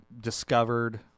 discovered